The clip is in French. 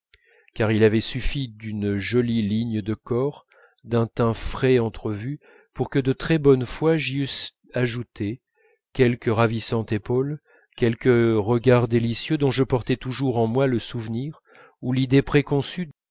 car il avait suffi d'une jolie ligne de corps d'un teint frais entrevu pour que de très bonne foi j'y eusse ajouté quelque ravissante épaule quelque regard délicieux dont je portais toujours en moi le souvenir ou l'idée préconçue